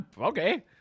Okay